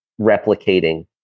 replicating